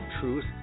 Truth